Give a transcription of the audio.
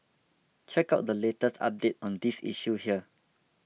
check out the latest update on this issue here